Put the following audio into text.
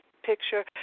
picture